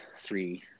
three